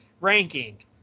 ranking